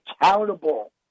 accountable